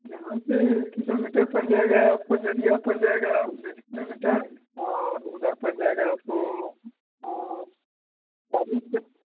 यहाँ से किलोमीटर पड़ जाएगा जदिया पड़ जाएगा बीस किलोमीटर और उधर पड़ जाएगा आपको चालीस से